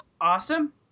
awesome